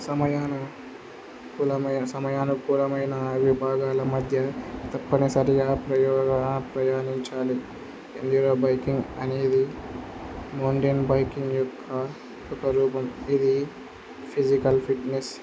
సమయాన పులమైన సమయానుకూలమైన విభాగాల మధ్య తకుని సరిగా ప్రయోగా ప్రయాణించాలి ఎడిూరా బైకింగ్ అనేది మౌంటెన్ బైకింగ్ యొక్క ఒక రూపం ఇది ఫిజికల్ ఫిట్నెస్